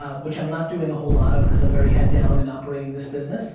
ah which i'm not doing a whole lot of, cause i'm very head down in operating this business